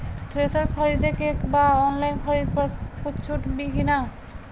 Thresher खरीदे के बा ऑनलाइन खरीद पर कुछ छूट बा कि न?